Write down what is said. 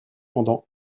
pendant